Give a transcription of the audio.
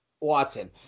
Watson